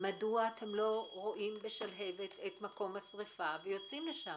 מדוע אתם לא רואים בה את מקום השריפה ויוצאים לשם?